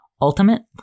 Ultimate